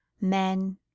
Men